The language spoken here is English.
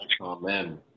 Amen